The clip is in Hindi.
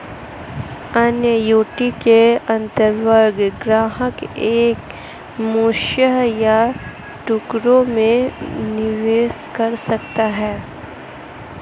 एन्युटी के अंतर्गत ग्राहक एक मुश्त या टुकड़ों में निवेश कर सकता है